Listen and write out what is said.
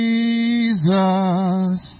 Jesus